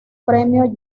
premio